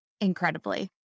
Incredibly